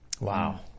Wow